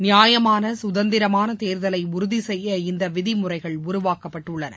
நியாயமான சுதந்திரமான தேர்தலை உறுதிசெய்ய இந்த விதிமுறைகள் உருவாக்கப்பட்டுள்ளன